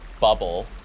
bubble